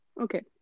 Okay